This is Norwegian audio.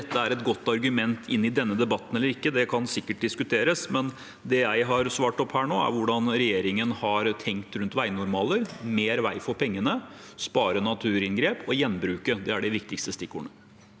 dette er et godt argument inn i denne debatten eller ikke, kan sikkert diskuteres, men det jeg har svart på nå, er hvordan regjeringen har tenkt rundt veinormaler: Mer vei for pengene, spare naturinngrep og gjenbruke – det er de viktigste stikkordene.